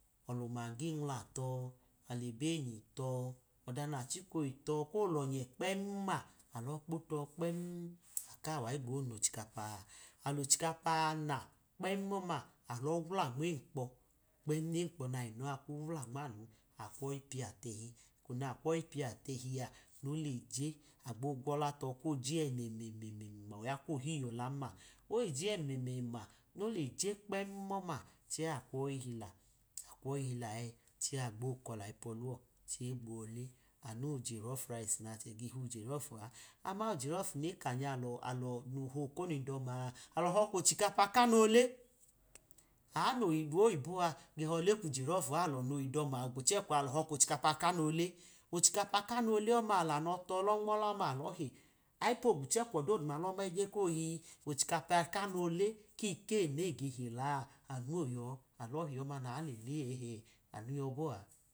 Alumagi nwula tọ alẹ benyi tọ, ọda nachika oyi tọ ko lọnyẹ kpernma alọ kpoto kpen, aka ubayi gbo nochikapa, alochikapa na kpenma, alọ wula nmenkpo emkpo nayi nọ a kwu wula nmamu, akwoyi piyatẹhi, eko na kwoyi piya tẹhia noleje, agbo gwọla tọ koje ẹmẹmẹma, oya kohi yọlanma, oyi je ẹmẹma, noleje kepern ọma, chẹ ạkwoyi hula, akwu ọyi hila, akwu oyi tili ẹ chẹ agbo kọ layi pọliwọ chẹ egbo le, anu wujelof neka nya alọ alọ nowowkornu idoma a alo̱ họ kochikapa kanọ ole, aano woyibo gehọ lujelof a, alọ noyiidon kogwuchekwo, a alọ họ kochikapa kanọ ole, ochikapa kanọ ole ọma alamọ tọ lo mnọla ọma alọhi, ayipogwuchekwo̱ doduma lọma eje ko ii ochikepa kano ole kikeyi nege hula anu oyọ, alọ hi ọma nalele eh anu yọbọa.